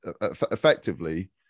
effectively